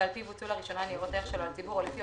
שעל פיו הוצעו לראשונה ניירות הערך שלו לציבור או לפי